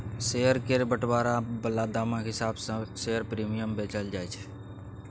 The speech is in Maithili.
शेयर केर बंटवारा बला दामक हिसाब सँ शेयर प्रीमियम बेचल जाय छै